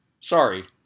Sorry